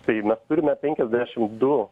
tai mes turime penkiasdešim du